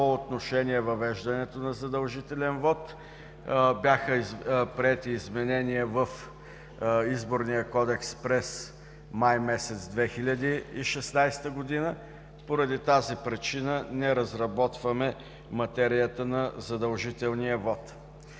отношение въвеждането на задължителен вот бяха приети изменения в Изборния кодекс през май месец 2016 г. Поради тази причина не разработваме материята на задължителния вот.